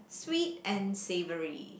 sweet and savoury